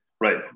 Right